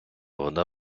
вода